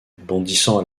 bondissant